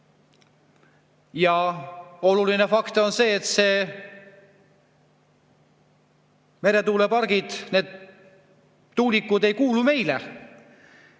Oluline fakt on see, et meretuulepargid, need tuulikud ei kuulu meile,